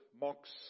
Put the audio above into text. mocks